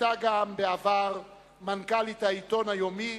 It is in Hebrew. ובעבר גם היתה מנכ"לית העיתון היומי